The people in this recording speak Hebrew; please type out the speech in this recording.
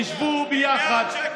תשבו ביחד,